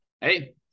Hey